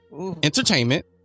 Entertainment